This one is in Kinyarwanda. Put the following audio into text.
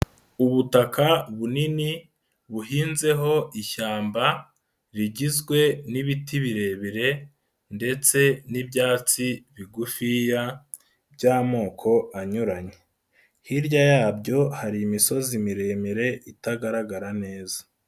Ubutaka bunini, buhinzeho ishyamba, rigizwe n'ibiti birebire ndetse n'ibyatsi bigufiya by'amoko anyuranye. Hirya yabyo hari imisozi miremire, itagaragara neza.